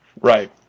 Right